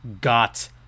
got